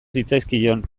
zitzaizkion